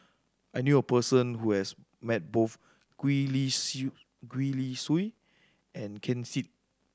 I knew a person who has met both Gwee Li Gwee Li Sui and Ken Seet